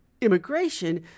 immigration